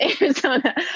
Arizona